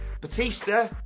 Batista